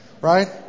Right